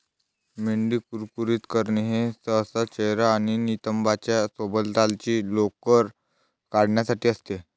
मेंढी कुरकुरीत करणे हे सहसा चेहरा आणि नितंबांच्या सभोवतालची लोकर काढण्यासाठी असते